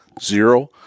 Zero